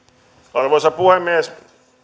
arvoisa puhemies